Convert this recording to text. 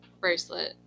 bracelet